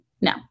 No